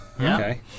Okay